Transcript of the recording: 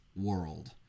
world